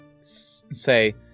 say